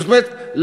זאת אומרת,